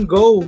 go